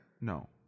No